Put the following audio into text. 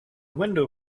window